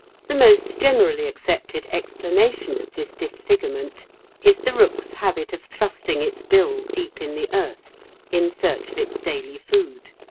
the most generally accepted explanation of this disfigurement is the rook's habit of thrusting its bill deep in the earth in search of its daily food.